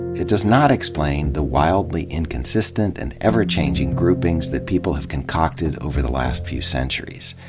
it does not explain the wildly inconsistent and ever-changing groupings that people have concocted over the last few centuries.